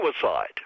suicide